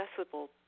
accessible